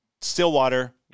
Stillwater